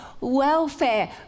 welfare